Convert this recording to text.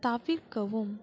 தவிர்க்கவும்